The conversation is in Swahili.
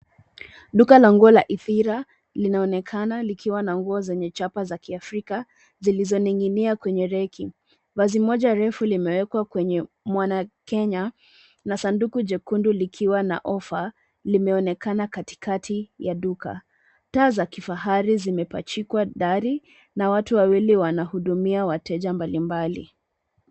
Duka la nguo la Ithira, linaonekana likiwa na nguo zenye chapa za kiafrika, zilizoning'inia kwenye reki. Vazi moja refu limewekwa kwenye mwanakenya, na sanduku jekundu likiwa na ofa, limeonekana katikati ya duka. Taa za kifahari zimepachikwa dari, na watu wawili wanahudumia wateja mbalimbali.